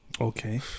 Okay